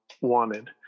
wanted